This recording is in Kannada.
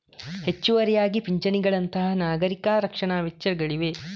ಹೆಚ್ಚುವರಿಯಾಗಿ ಪಿಂಚಣಿಗಳಂತಹ ನಾಗರಿಕ ರಕ್ಷಣಾ ವೆಚ್ಚಗಳಿವೆ